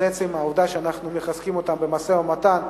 עצם העובדה שאנחנו מחזקים אותם במשא-ומתן,